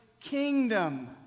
kingdom